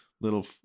little